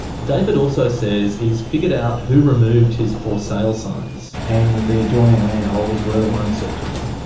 david also says he's figured out who removed his for-sale signs. and the adjoining landholders were the ones that took em.